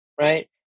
right